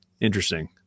interesting